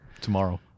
tomorrow